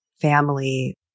family